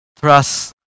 Trust